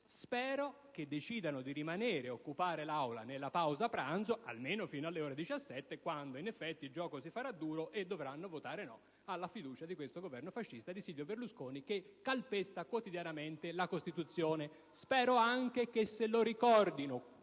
Spero che decidano di rimanere ed occupare l'Aula nella pausa pranzo, almeno fino alle ore 17, quando il gioco, in effetti, si farà duro e dovranno votare no alla fiducia di questo Governo fascista di Silvio Berlusconi, che calpesta quotidianamente la Costituzione. Spero anche che se lo ricordino